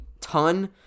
ton